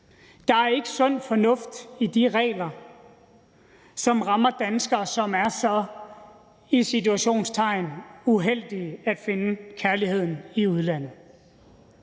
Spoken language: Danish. Der er ikke sund fornuft i de regler, som rammer danskere, som er så – i citationstegn – uheldige at finde kærligheden i udlandet.